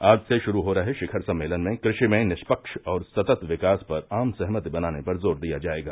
आज से शुरू हो रहे शिखर सम्मेलन में कृषि में निष्पक्ष और सतत विकास पर आम सहमति बनाने पर जोर दिया जायेगा